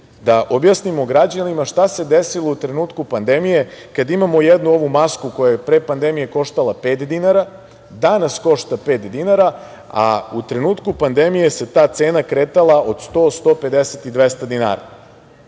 da objasnimo građanima šta se desilo u trenutku pandemije kada imamo jednu ovu masku koja je pre pandemije koštala pet dinara, danas košta pet dinara, a u trenutku pandemije se ta cena kretala od 100, 150 i 200 dinara?U